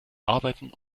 arbeiten